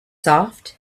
soft